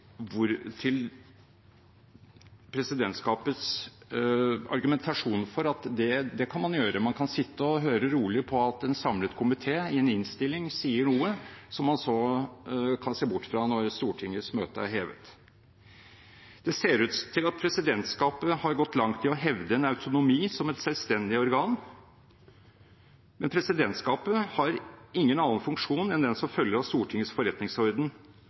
presidentskapets argumentasjon for at det kan man gjøre – man kan sitte og høre rolig på at en samlet komité i en innstilling sier noe, som man så kan se bort fra når Stortingets møte er hevet. Det ser ut til at presidentskapet har gått langt i å hevde en autonomi som et selvstendig organ, men presidentskapet har ingen annen funksjon enn den som følger av Stortingets forretningsorden